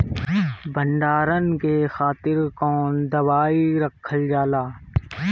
भंडारन के खातीर कौन दवाई रखल जाला?